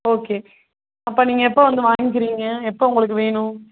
okay அப்போ நீங்கள் எப்போ வந்து வாங்கிக்கிறிங்க எப்போது உங்களுக்கு வேணும்